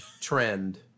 trend